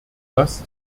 das